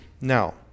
now